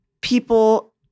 People